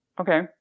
Okay